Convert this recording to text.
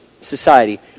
society